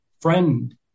friend